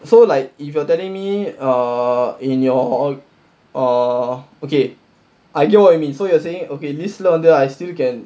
so like if you are telling me err in your err okay I get what you mean so you are saying okay list longer I still can